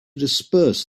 disperse